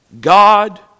God